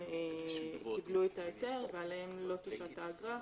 חברות שקיבלו את ההיתר ועליהן לא תושת האגרה.